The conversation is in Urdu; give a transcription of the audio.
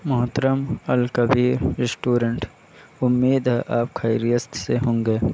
محترم الکبیر ریسٹورینٹ امید ہے کہ آپ خیریت سے ہوں گے